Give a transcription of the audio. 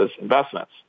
investments